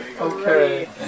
Okay